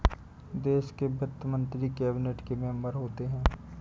देश के वित्त मंत्री कैबिनेट के मेंबर होते हैं